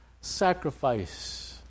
Sacrifice